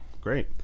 great